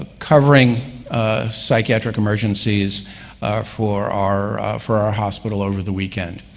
ah covering psychiatric emergencies for our for our hospital over the weekend.